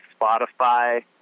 Spotify